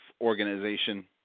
organization